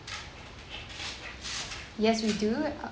yes we do